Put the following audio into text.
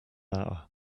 hour